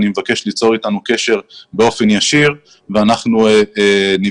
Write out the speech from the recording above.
אני מבקש ליצור אתנו קשר באופן ישיר ואנחנו נבדוק.